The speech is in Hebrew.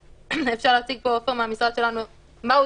אפשר להציג פה עוד פעם מהמשרד שלנו מה הוא